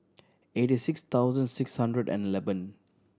eighty six thousand six hundred and eleven